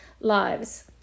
lives